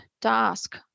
task